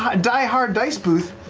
ah die hard dice booth.